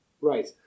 Right